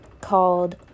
called